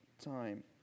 time